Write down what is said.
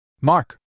Mark